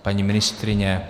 Paní ministryně?